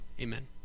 Amen